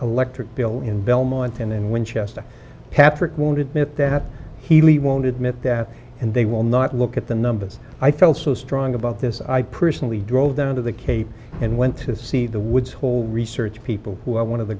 electric bill in belmont and winchester patrick won't admit that he won't admit and they will not look at the numbers i felt so strong about this i personally drove down to the cape and went to see the woods hole research people who are one of the